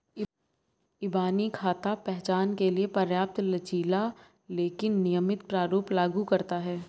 इबानी खाता पहचान के लिए पर्याप्त लचीला लेकिन नियमित प्रारूप लागू करता है